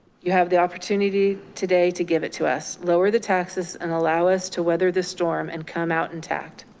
you have the opportunity today to give it to us. lower the taxes and allow us to weather the storm and come out intact.